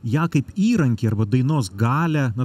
ją kaip įrankį arba dainos galią na